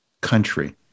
country